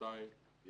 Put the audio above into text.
דבר שני, היא